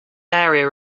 area